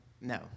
No